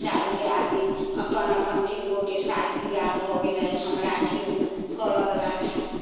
चारू दियादनी अपन अपन तीन गोके शादी बियाह भऽ गेलै हमरा केओ नहि करऽवला रहै